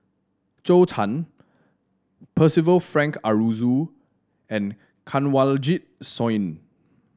Zhou Can Percival Frank Aroozoo and Kanwaljit Soin